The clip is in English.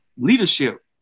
leadership